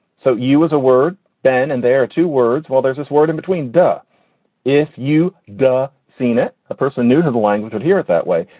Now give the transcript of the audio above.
so you as a word, ben. and there are two words while there's this word in between. and if you do seen it, a person new to the language would hear it that way.